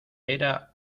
era